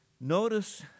notice